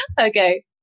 Okay